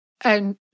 And-